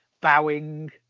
bowing